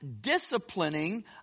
disciplining